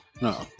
no